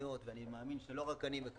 ואני מקבל עשרות פניות, ואני מאמין שלא רק אני,